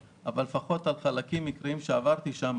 אבל לפחות בחלקים עיקריים שעברתי שם,